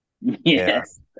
Yes